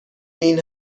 این